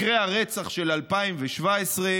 מקרי הרצח של 2017,